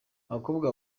bakobwa